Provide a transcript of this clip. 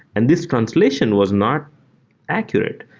and this translation was not accurate.